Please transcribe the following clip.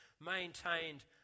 maintained